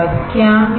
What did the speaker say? क्या मिलेगा